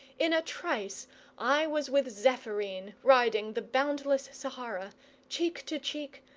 in a trice i was with zephyrine, riding the boundless sahara cheek to cheek,